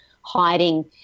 hiding